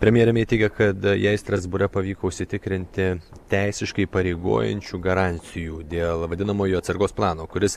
premjerė mei teigia kad jei strasbūre pavyko užsitikrinti teisiškai įpareigojančių garantijų dėl vadinamojo atsargos plano kuris